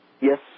Yes